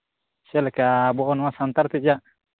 ᱪᱮᱫᱞᱮᱠᱟ ᱟᱵᱚ ᱱᱚᱣᱟ ᱥᱟᱱᱛᱟᱲ ᱛᱮᱡᱟᱜ